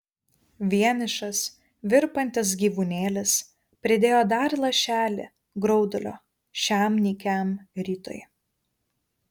vienišas virpantis gyvūnėlis pridėjo dar lašelį graudulio šiam nykiam rytui